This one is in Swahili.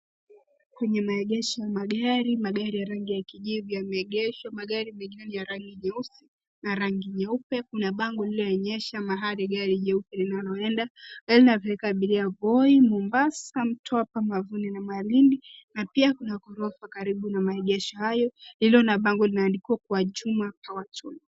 Kwenye maegesho ya magari, magari ya rangi ya kijivu yameegeshwa. Magari mengine ni ya rangi nyeusi na rangi nyeupe. Kuna bango lililoonyesha mahali gari jeupe linaloenda linaeza peleka abiria Voi, Mombasa, Mtwapa, Mavueni, na Malindi, na pia kuna ghorofa karibu na maegesho hayo, lililo na bango limeandikwa Kwa Juma Power Tools.